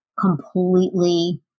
completely